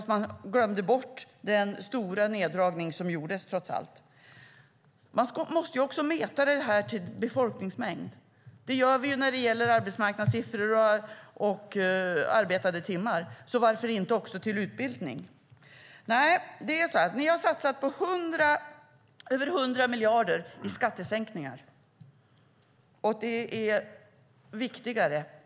Men man glömde bort den stora neddragning som gjordes. Man måste också mäta det här i förhållande till befolkningsmängden. Det gör vi när det gäller arbetsmarknadssiffror och arbetade timmar, så varför inte också när det gäller utbildning? Ni har satsat på över 100 miljarder i skattesänkningar.